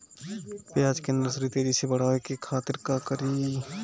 प्याज के नर्सरी तेजी से बढ़ावे के खातिर का करी?